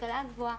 השכלה גבוהה,